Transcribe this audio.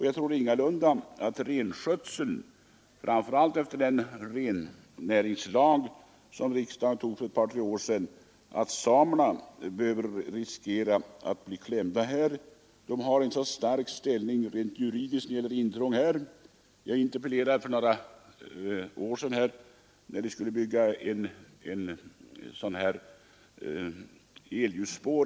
Jag tror ingalunda att samerna, framför allt efter den rennäringslag som riksdagen tog för några år sedan, behöver riskera att bli klämda. De har en mycket stark ställning rent juridiskt. Jag framställde en interpellation för några år sedan när ett elljusspår skulle byggas i Kiruna.